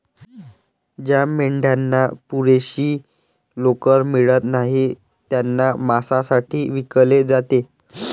ज्या मेंढ्यांना पुरेशी लोकर मिळत नाही त्यांना मांसासाठी विकले जाते